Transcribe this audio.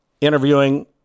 interviewing